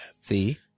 See